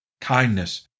kindness